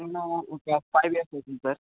నేనూ ఒక five years అవుతుంది సార్